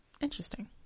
Interesting